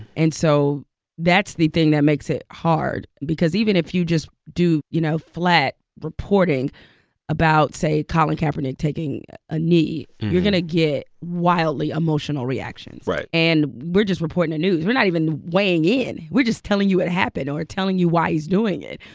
and so that's the thing that makes it hard because even if you just do, you know, flat reporting about, say, colin kaepernick taking a knee, you're going to get wildly emotional reactions right and we're just reporting the news. we're not even weighing in. we're just telling you it happened or telling you why he's doing it,